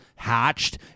hatched